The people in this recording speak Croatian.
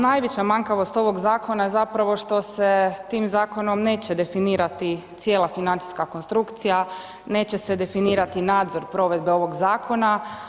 Najveća manjkavost ovog zakona je zapravo što se tim zakonom neće definirati cijela financijska konstrukcija, neće se definirati nadzor provedbe ovog zakona.